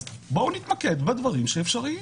אז בואו נתמקד בדברים שאפשריים,